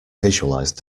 visualise